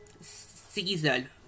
season